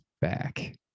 back